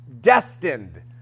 destined